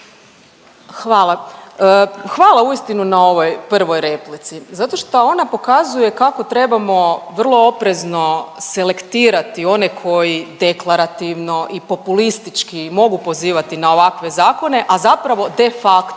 Hvala. Hvala uistinu na ovoj prvoj replici zato šta ona pokazuje kako trebamo vrlo oprezno selektirati one koji deklarativno i populistički mogu pozivati na ovakve zakone, a zapravo de facto